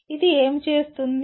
ఇది ఏమి చేస్తుంది